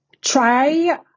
try